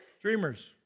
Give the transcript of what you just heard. dreamers